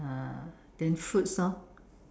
uh then fruits orh